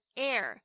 air